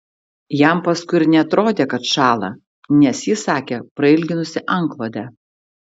jam paskui ir neatrodė kad šąla nes ji sakė prailginusi antklodę